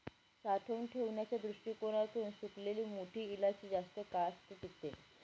साठवून ठेवण्याच्या दृष्टीकोणातून सुकलेली मोठी इलायची जास्त काळासाठी टिकते